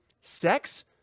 sex